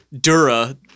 Dura